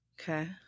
Okay